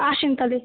আসুন তাহলে